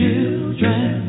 Children